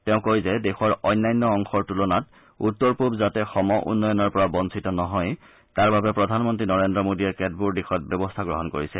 তেওঁ কয় যে দেশৰ অন্যান্য অংশৰ তূলনাত উত্তৰ পূৱ যাতে সম উন্নয়নৰ পৰা বঞ্চিত নহয় তাৰ বাবে প্ৰধানমন্ত্ৰী নৰেন্দ্ৰ মোদীয়ে কেতবোৰ দিশত ব্যৱস্থা গ্ৰহণ কৰিছে